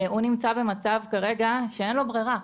הוא נמצא במצב שאין לו ברירה,